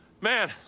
man